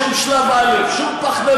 שום שלב א', שום פחדנות.